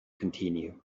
continue